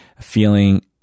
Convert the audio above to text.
feeling